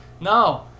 No